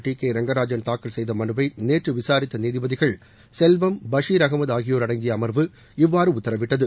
D K Rangarajan தாக்கல் செய்த மனுவை நேற்று விசாரித்த நீதிபதிகள் செல்வம் பஷீர் அகமது ஆகியோர் அடங்கிய அமர்வு இவ்வாறு உத்தரவிட்டது